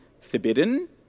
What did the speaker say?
forbidden